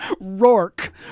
Rourke